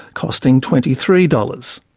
costing twenty three dollars.